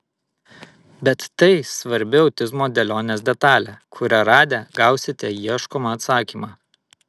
bet tai svarbi autizmo dėlionės detalė kurią radę gausite ieškomą atsakymą